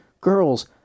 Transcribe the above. Girls